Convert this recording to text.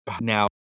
Now